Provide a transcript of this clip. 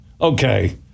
Okay